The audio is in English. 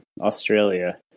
Australia